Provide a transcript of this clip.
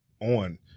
on